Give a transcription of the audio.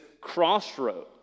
crossroad